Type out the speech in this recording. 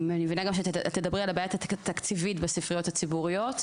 אני מבינה שאת תדברי גם על הבעיה התקציבית בספריות הציבוריות.